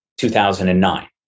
2009